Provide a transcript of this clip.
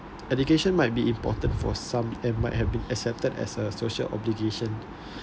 education might be important for some and might have been accepted as a social obligation